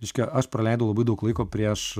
reiškia aš praleidau labai daug laiko prieš